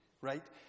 right